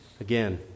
again